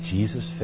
Jesus